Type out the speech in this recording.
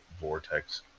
vortex